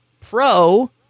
pro